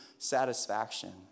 satisfaction